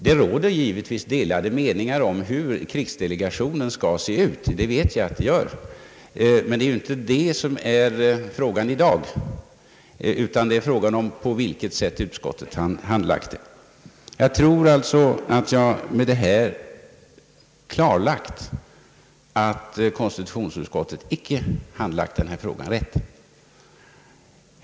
Jag vet att det råder delade meningar om hur krigsdelegationen skall se ut, men det är inte det som frågan gäller i dag, utan det är fråga om på vilket sätt utskottet handlagt detta ärende. Jag tror att jag därmed har klargjort att konstitutionsutskottet icke handlagt denna angelägenhet rätt.